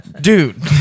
Dude